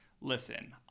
listen